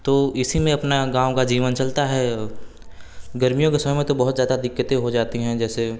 तो इसी में अपना गाँव का जीवन चलता है गर्मियों के समय में तो बहुत ज़्यादा दिक्कतें हो जाती हैं जैसे